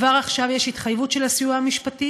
כבר עכשיו יש התחייבות של הסיוע המשפטי